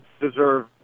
deserve